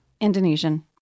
Indonesian